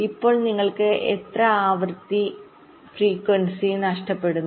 ഇപ്പോൾ നിങ്ങൾക്ക് എത്ര ആവൃത്തിനഷ്ടപ്പെടുന്നു